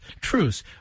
truce